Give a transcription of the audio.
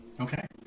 Okay